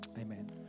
amen